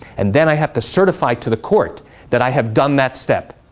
and then i have to certify to the court that i have done that step.